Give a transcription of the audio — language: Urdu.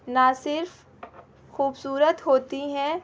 نہ صرف خوبصورت ہوتی ہیں